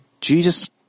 Jesus